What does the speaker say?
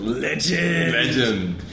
Legend